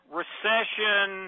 recession